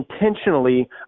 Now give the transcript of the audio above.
intentionally